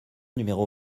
numéro